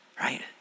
right